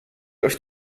euch